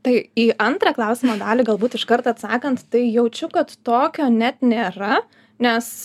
tai į antrą klausimo dalį galbūt iškart atsakant tai jaučiu kad tokio net nėra nes